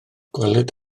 gwelwyd